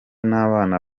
n’abana